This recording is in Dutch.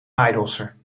maaidorser